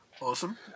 Awesome